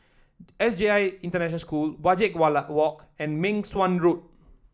S J I International School Wajek Walk and Meng Suan Road